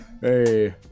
Hey